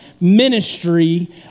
ministry